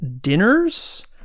dinners